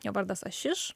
jo vardas ašiš